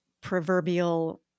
proverbial